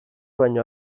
baino